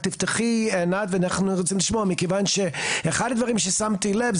אחד הדברים ששמתי לב,